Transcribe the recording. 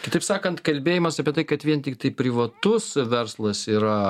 kitaip sakant kalbėjimas apie tai kad vien tiktai privatus verslas yra